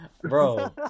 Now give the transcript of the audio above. Bro